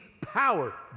power